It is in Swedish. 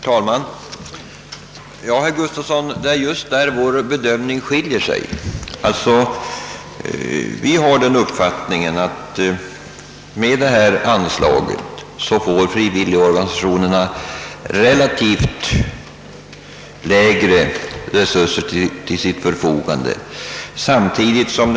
Jo, herr Gustafsson i Uddevalla, det är just där våra bedömningar skiljer sig. Jag har den uppfattningen, att frivilligorganisationerna får = relativt mindre resurser till sitt förfogande med dessa anslag.